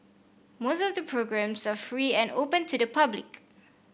most of the programmes are free and open to the public